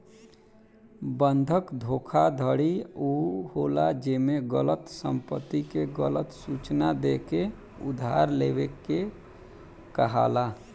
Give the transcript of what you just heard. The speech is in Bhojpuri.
बंधक धोखाधड़ी उ होला जेमे गलत संपत्ति के गलत सूचना देके उधार लेवे के कहाला